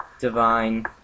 Divine